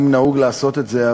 אם נהוג לעשות את זה,